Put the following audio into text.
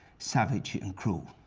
savage, and cruel.